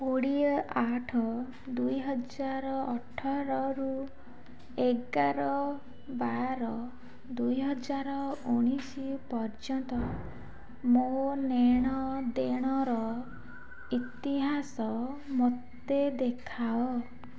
କୋଡ଼ିଏ ଆଠ ଦୁଇ ହଜାର ଅଠରରୁ ଏଗାର ବାର ଦୁଇ ହଜାର ଉଣେଇଶ ପର୍ଯ୍ୟନ୍ତ ମୋ ନେଣ ଦେଣର ଇତିହାସ ମୋତେ ଦେଖାଅ